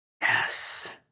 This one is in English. Yes